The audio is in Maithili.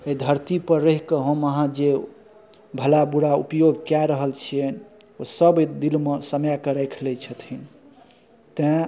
अइ धरतीपर रहिकऽ हम अहाँ जे भला बुरा उपयोग कए रहल छिअनि ओ सब अइ दिलमे समाकऽ राखि लै छथिन तेँ